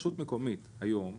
לרשות מקומית היום,